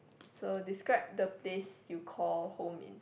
so describe the place you call home in